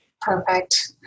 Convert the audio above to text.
Perfect